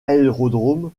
aérodrome